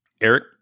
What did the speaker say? Eric